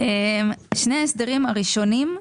-- שני הסדרים הראשונים,